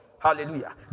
Hallelujah